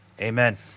amen